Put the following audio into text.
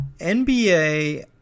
NBA